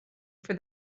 for